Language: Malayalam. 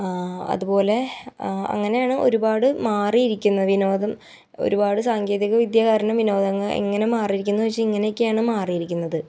അതുപോലെ അങ്ങനെയാണ് ഒരുപാട് മാറീരിക്കുന്നത് വിനോദം ഒരുപാട് സാങ്കേതിക വിദ്യ കാരണം വിനോദങ്ങൾ എങ്ങനെ മാറീരിക്കുന്നു ചോദിച്ചാൽ ഇങ്ങനക്കെയാണ് മാറീരിക്കുന്നത്